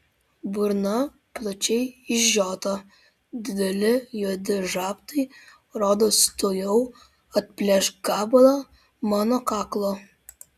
burna plačiai išžiota dideli juodi žabtai rodos tuojau atplėš gabalą mano kaklo